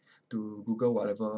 to google whatever